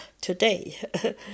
today